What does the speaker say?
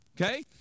Okay